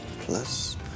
plus